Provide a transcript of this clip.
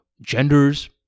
genders